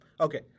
okay